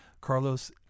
Carlos